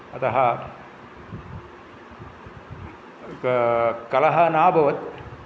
अतः कलहः नाभवत्